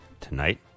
tonight